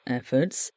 efforts